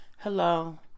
Hello